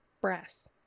brass